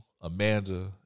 Amanda